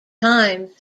times